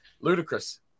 ludicrous